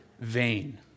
vain